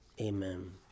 Amen